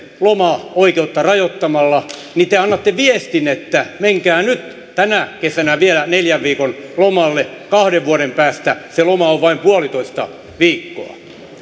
lomaoikeutta rajoittamalla niin te annatte viestin että menkää nyt tänä kesänä vielä neljän viikon lomalle kahden vuoden päästä se loma on vain puolitoista viikkoa